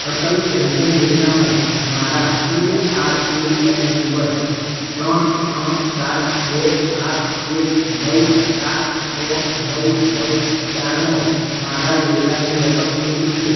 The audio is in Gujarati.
અટલ પેન્શન યોજનામાં મારા P R A N number ત્રણ ત્રણ સાત બે આઠ એક નવ સાત છ નવ નવ ચારમાં મારા યોગદાનની રકમ કેટલી છે